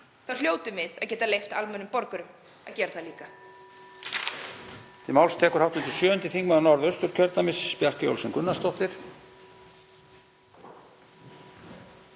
þá hljótum við að geta leyft almennum borgurum að gera það líka.